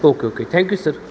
okay okay thank you sir